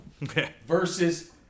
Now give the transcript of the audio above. versus